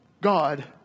God